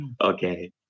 Okay